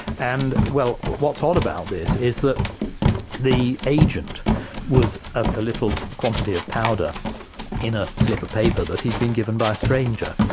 and well, what's odd about this is that the agent was a little quantity of powder in a slip of paper that he'd been given by a stranger,